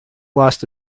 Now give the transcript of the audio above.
lost